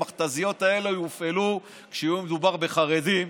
המכת"זיות האלה יופעלו כשיהיה מדובר בחרדים,